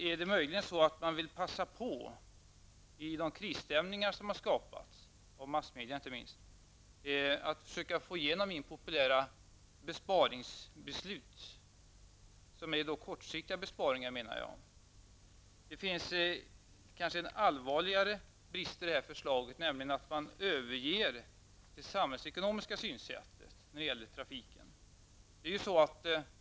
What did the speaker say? Är det möjligen så att regeringen vill passa på att i de krisstämningar som skapats av inte minst massmedierna försöka få igenom impopulära besparingsbeslut? Jag tycker att de dock är kortsiktiga besparingar. Det finns kanske en allvarligare brist i förslaget, nämligen att man överger det samhällsekonomiska synsättet när det gäller trafiken.